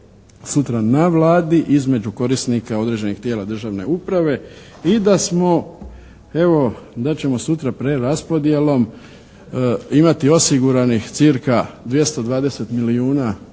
sutra na Vladi, između korisnika određenih tijela državne uprave i da smo evo da ćemo sutra preraspodjelom imati osiguranih cca 220 milijuna